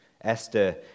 Esther